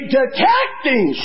detecting